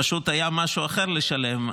פשוט היה משהו אחר לשלם,